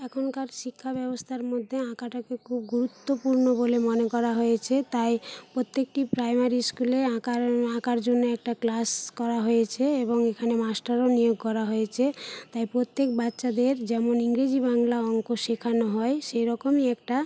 এখনকার শিক্ষা ব্যবস্থার মধ্যে আঁকাটাকে খুব গুরুত্বপূর্ণ বলে মনে করা হয়েছে তাই প্রত্যেকটি প্রাইমারি স্কুলে আঁকার আঁকার জন্য একটা ক্লাস করা হয়েছে এবং এখানে মাস্টারও নিয়োগ করা হয়েছে তাই প্রত্যেক বাচ্চাদের যেমন ইংরেজি বাংলা অঙ্ক শেখানো হয় সেই রকমই একটা